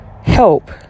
help